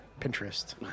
Pinterest